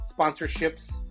sponsorships